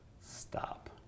stop